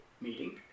meeting